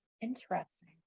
Interesting